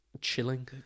chilling